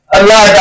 Allah